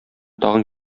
тагын